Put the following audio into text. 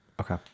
okay